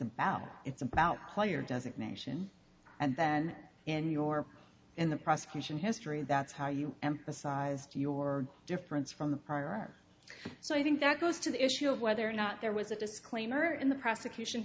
about it's about player does it nation and then in your in the prosecution history that's how you emphasized your difference from the prior so i think that goes to the issue of whether or not there was a disclaimer in the prosecution